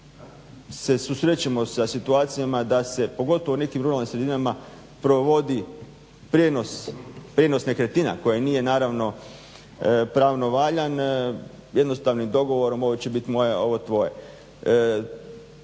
se susrećemo sa situacijama da se pogotovo u nekim ruralnim sredinama provodi prijenos nekretnina koje nije naravno pravno valjan jednostavnim dogovorom ovo će biti moje, ovo tvoje.